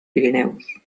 pirineus